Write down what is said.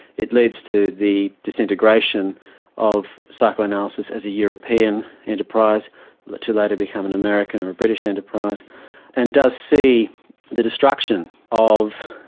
it leads to the disintegration of psychoanalysis as a european enterprise to later become an american or a british enterprise and does see the destruction of,